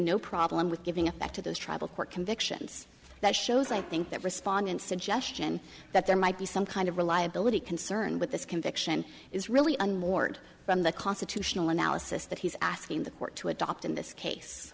no problem with giving effect to those tribal court convictions that shows i think that respondent suggestion that there might be some kind of reliability concern with this conviction is really unmoored from the constitutional analysis that he's asking the court to adopt in this case